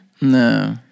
No